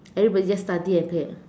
everybody just study and play